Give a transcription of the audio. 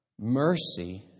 mercy